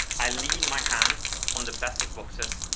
i lean my hand on the plastic boxes,